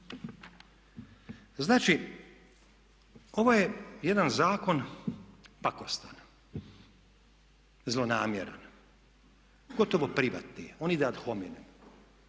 Znači ovo je jedan zakon pakostan, zlonamjeran, gotovo privatni, on ide ad hominem,